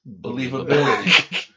Believability